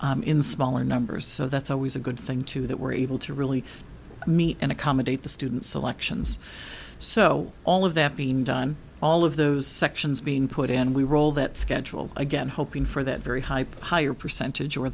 well in smaller numbers so that's always a good thing too that we're able to really meet and accommodate the student selections so all of that being done all of those sections being put in we roll that schedule again hoping for that very hyped higher percentage or